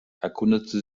erkundigte